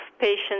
patients